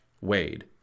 Wade